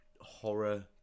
horror